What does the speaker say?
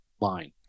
line